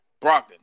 Brogdon